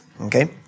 okay